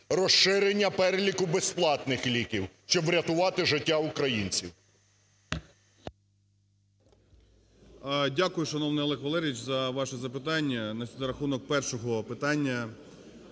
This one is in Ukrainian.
розширення переліку безплатних ліків, щоб врятувати життя українців.